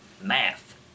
math